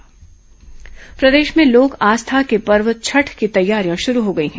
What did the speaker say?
छठ पर्व प्रदेश में लोक आस्था के पर्व छठ की तैयारियां शुरू हो गई हैं